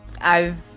I've-